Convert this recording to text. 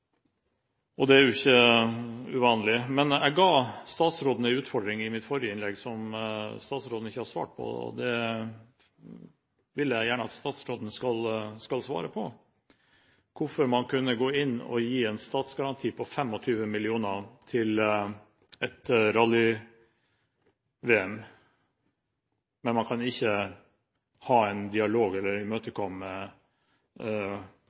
dag. Det er jo ikke uvanlig. Men i mitt forrige innlegg ga jeg statsråden en utfordring som hun ikke har svart på. Jeg vil gjerne at statsråden skal svare på dette: Hvorfor kunne man gå inn og gi en statsgaranti på 25 mill. kr til et rally-VM, mens man ikke kan ha en dialog med eller